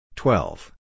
Twelve